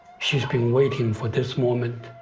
she's been waiting for this moment.